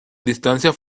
distancia